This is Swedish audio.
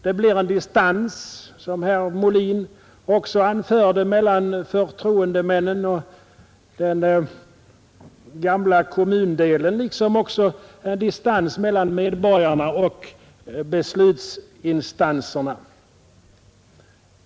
Det blir en distans, som herr Molin också anförde, mellan förtroendemännen och den gamla kommundelen, liksom även en distans mellan medborgarna och beslutsinstanserna.